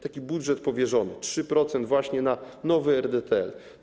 Taki budżet powierzony 3% właśnie na nowy RDTL.